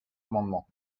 amendement